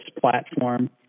platform